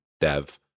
dev